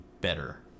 better